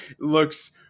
looks